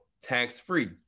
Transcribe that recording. tax-free